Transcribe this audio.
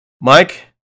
Mike